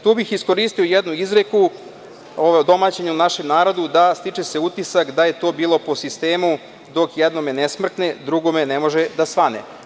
Tu bih iskoristio jednu izreku odomaćenu u našem narodu da se stiče utisak da je to bilo po sistemu – dok jednome ne smrkne, drugome ne može da svane.